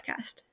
podcast